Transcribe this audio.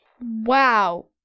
Wow